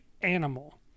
animal